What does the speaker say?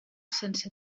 sense